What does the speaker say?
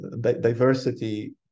diversity